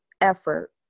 effort